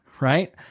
right